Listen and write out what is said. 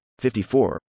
54